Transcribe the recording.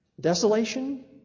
Desolation